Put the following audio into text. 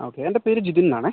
okay എൻ്റെ പേര് ജിതിൻന്ന് ആണെ